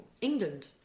England